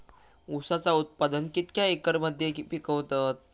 ऊसाचा उत्पादन कितक्या एकर मध्ये पिकवतत?